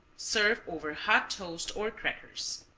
serve over hot toast or crackers.